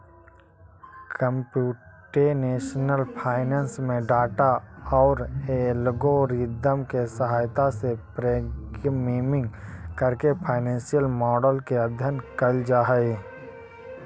computational finance में data औउर algorithm के सहायता से प्रोग्रामिंग करके फाइनेंसियल मॉडल के अध्ययन कईल जा हई